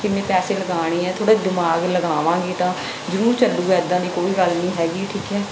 ਕਿੰਨੇ ਪੈਸੇ ਲਗਾਉਣੇ ਹੈ ਥੋੜ੍ਹੇ ਦਿਮਾਗ ਲਗਾਵਾਂਗੇ ਤਾਂ ਜ਼ਰੂਰ ਚੱਲੂਗਾ ਇੱਦਾਂ ਦੀ ਕੋਈ ਗੱਲ ਨਹੀਂ ਹੈਗੀ ਠੀਕ ਹੈ